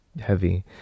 heavy